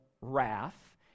wrath